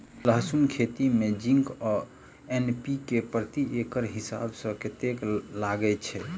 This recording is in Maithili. लहसून खेती मे जिंक आ एन.पी.के प्रति एकड़ हिसाब सँ कतेक लागै छै?